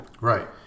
Right